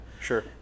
Sure